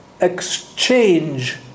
exchange